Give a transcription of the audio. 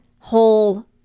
whole